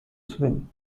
swim